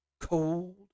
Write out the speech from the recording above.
Cold